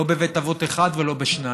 לא בבית אבות אחד ולא בשניים.